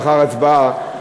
לאחר ההצבעה,